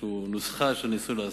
נוסחה שניסו לעשות.